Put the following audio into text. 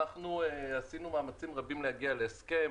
אנחנו עשינו מאמצים רבים להגיע להסכם.